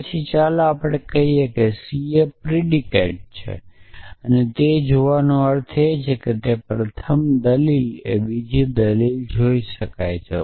તો ચાલો આપણે કહીએ કે c એ પ્રિડીકેટ છે અને જોવાનો અર્થ એ છે કે પ્રથમ દલીલ બીજી દલીલ જોઈ શકે છે